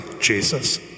Jesus